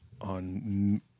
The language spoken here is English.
on